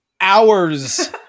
hours